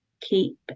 keep